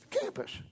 campus